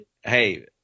hey